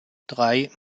drei